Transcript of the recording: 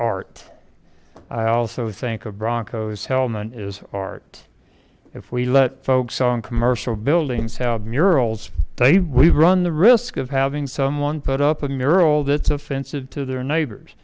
art i also think a bronco is hellman is art if we let folk song commercial buildings have murals we run the risk of having someone put up a mural that's offensive to their neighbors